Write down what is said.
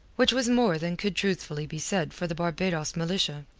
which was more than could truthfully be said for the barbados militia.